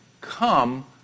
Come